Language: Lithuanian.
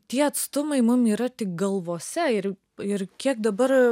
tie atstumai mum yra tik galvose ir ir kiek dabar